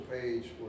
Page